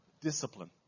discipline